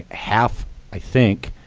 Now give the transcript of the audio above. half i think,